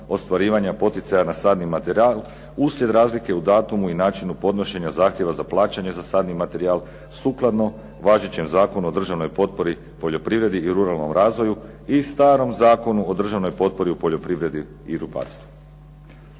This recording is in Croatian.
ostvarivanja poticaja na sadni materijal uslijed razlike u datumu i načinu podnošenja zahtjeva za plaćanje za sadni materijal sukladno važećem zakonu o državnoj potpori poljoprivredi i ruralnom razvoju i starom Zakonu o državnoj potpori u poljoprivredi i rudarstvu.